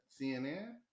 cnn